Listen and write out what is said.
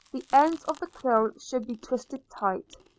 the end of the quill should be twisted tight.